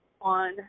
on